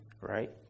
right